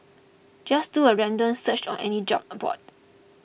just do a random search on any job aboard